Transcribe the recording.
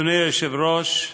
אדוני היושב-ראש,